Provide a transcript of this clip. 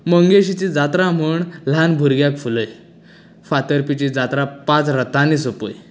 मंगेशीची जात्रा म्हण ल्हान भुरग्याक फुलय फातरपेची जात्रा पांच रथांनी सोंपय